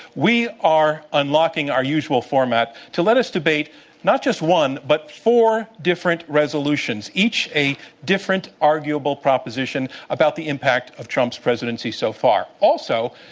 we are unlocking our usual format to let us debate not just one but four different resolutions, each a different arguable proposition about the impact of trump's presidency so far. also,